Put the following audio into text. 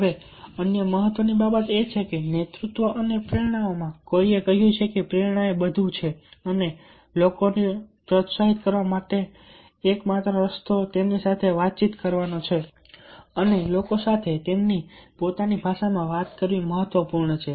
હવે અન્ય મહત્વની બાબત એ છે કે નેતૃત્વ અને પ્રેરણાઓ મા કોઈએ કહ્યું છે કે પ્રેરણા એ બધું છે અને લોકોને પ્રોત્સાહિત કરવાનો એકમાત્ર રસ્તો તેમની સાથે વાતચીત કરવાનો છે અને લોકો સાથે તેમની પોતાની ભાષામાં વાત કરવી મહત્વપૂર્ણ છે